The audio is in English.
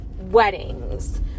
Weddings